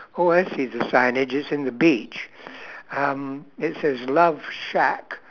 oh I see the sign it's just in the beach um it says love shack